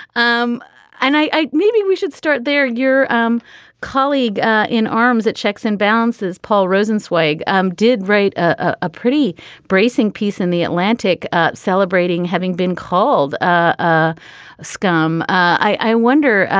um and i i maybe we should start there your um colleague in arms that checks and balances. paul rosenzweig um did write a pretty bracing piece in the atlantic celebrating having been called a scum. i wonder.